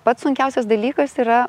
pats sunkiausias dalykas yra